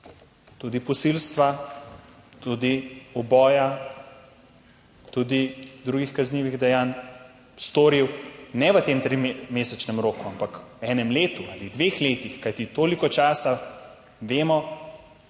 tudi posilstva, tudi uboja, tudi drugih kaznivih dejanj, storil ne v tem trimesečnem roku, ampak v enem letu ali dveh letih? Kajti toliko časa vemo,